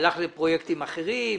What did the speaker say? הלך לפרויקטים אחרים?